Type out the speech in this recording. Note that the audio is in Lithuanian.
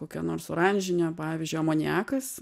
kokia nors oranžinė pavyzdžiui amoniakas